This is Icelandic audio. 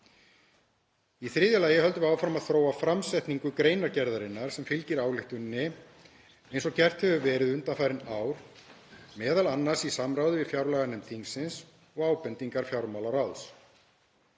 Í þriðja lagi höldum við áfram að þróa framsetningu greinargerðarinnar sem fylgir ályktuninni eins og gert hefur verið undanfarin ár, m.a. í samráði við fjárlaganefnd þingsins og ábendingar fjármálaráðs.